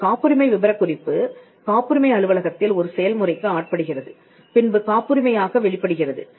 இந்த காப்புரிமை விபரக்குறிப்பு காப்புரிமை அலுவலகத்தில் ஒரு செயல்முறைக்கு ஆட்படுகிறது பின்பு காப்புரிமையாக வெளிப்படுகிறது